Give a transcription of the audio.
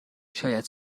شاید